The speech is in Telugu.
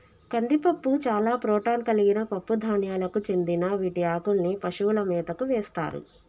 కందిపప్పు చాలా ప్రోటాన్ కలిగిన పప్పు ధాన్యాలకు చెందిన వీటి ఆకుల్ని పశువుల మేతకు వేస్తారు